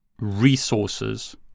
resources